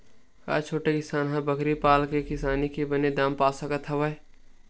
का छोटे किसान ह बकरी पाल के किसानी के बने दाम पा सकत हवय?